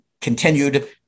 continued